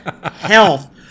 Health